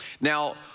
Now